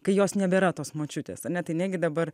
kai jos nebėra tos močiutės ane tai negi dabar